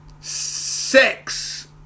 sex